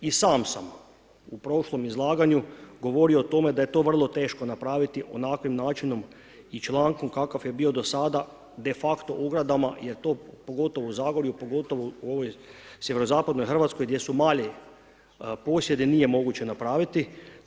I sam sam u prošlom izlaganju govorio o tome da je to vrlo teško napraviti onakvim načinom i člankom kakav je bio do sada, de facto ogradama, jer to pogotovo u Zagorju, pogotovo u ovoj sjeverozapadnoj Hrvatskoj gdje su mali posjedi nije moguće napraviti.